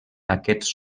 aquests